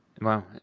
Wow